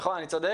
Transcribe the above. נכון שאני צודק?